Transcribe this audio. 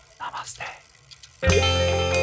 Namaste